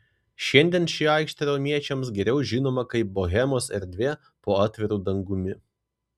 šiandien ši aikštė romiečiams geriau žinoma kaip bohemos erdvė po atviru dangumi